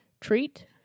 treat